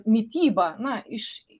mitybą na iš